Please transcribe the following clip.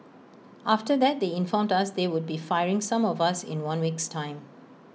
after that they informed us they would be firing some of us in one week's time